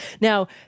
Now